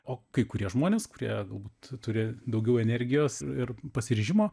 o kai kurie žmonės kurie galbūt turi daugiau energijos ir pasiryžimo